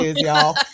y'all